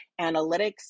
analytics